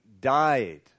died